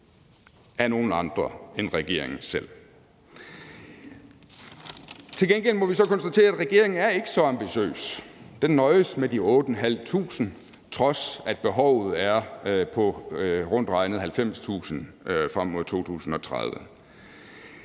af nogle andre end regeringen selv. Til gengæld må vi så konstatere, at regeringen ikke er så ambitiøs. Den nøjes med de 8.500, på trods af at behovet er på rundt regnet 90.000 frem mod 2030.